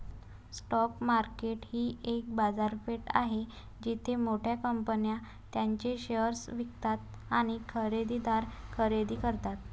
stock market ही एक बाजारपेठ आहे जिथे मोठ्या कंपन्या त्यांचे शेअर्स विकतात आणि खरेदीदार खरेदी करतात